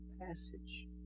passage